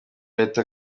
leta